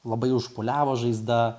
labai užpūliavo žaizda